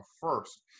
first